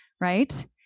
right